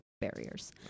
barriers